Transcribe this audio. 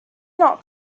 not